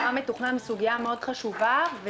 מה מתוכנן בסוגיה חשובה מאוד,